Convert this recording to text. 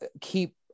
keep